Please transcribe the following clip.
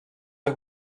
der